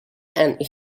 and